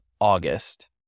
August